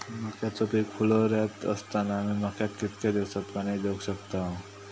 मक्याचो पीक फुलोऱ्यात असताना मी मक्याक कितक्या दिवसात पाणी देऊक शकताव?